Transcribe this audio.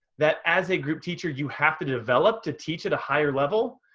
that as a group teacher, you have to develop to teach at a higher level,